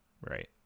Right